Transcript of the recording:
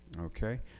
okay